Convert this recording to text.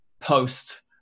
post